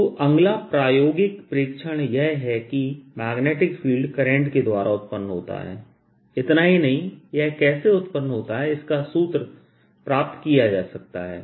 तो अगला प्रायोगिक प्रेक्षण यह है कि मैग्नेटिक फील्ड करंट के द्वारा उत्पन्न होता है इतना ही नहीं यह कैसे उत्पन्न होता है इसका सूत्र प्राप्त प्राप्त किया जा सकता है